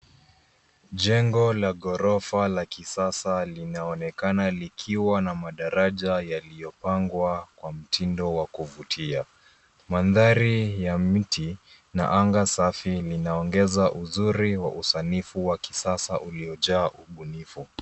Jengo la ghorofa la kisasa linaonekana likiwa na madaraja yaliyopangwa kwa mtindo wa kuvutia. Mandhari ya miti na anga safi linaongeza uzuri wa usanifu wa kisasa uliojaa ubunifu.